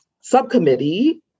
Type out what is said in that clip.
subcommittee